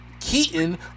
Keaton